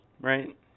right